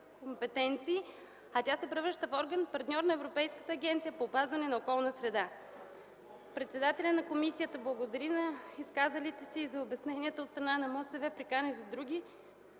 а тя се превръща в орган, партньор на Европейската агенция по опазване на околната среда. Председателят на комисията благодари на изказалите се и за обясненията от страна на МОСВ, прикани за други